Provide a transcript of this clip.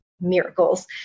miracles